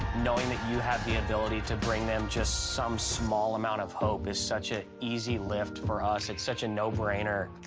knowing that you have the ability to bring them just some small amount of hope is such an easy lift for us. it's such a no-brainer.